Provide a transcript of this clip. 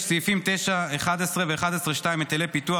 סעיפים 9(11) ו-11(2) היטלי פיתוח,